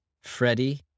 Freddie